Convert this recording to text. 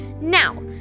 Now